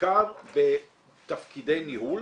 בעיקר בתפקידי ניהול.